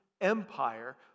Empire